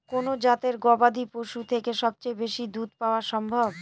কোন জাতের গবাদী পশু থেকে সবচেয়ে বেশি দুধ পাওয়া সম্ভব?